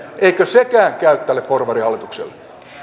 eikö sekään käy tälle porvarihallitukselle